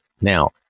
Now